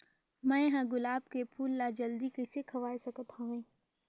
मैं ह गुलाब के फूल ला जल्दी कइसे खवाय सकथ हवे?